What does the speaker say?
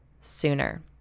sooner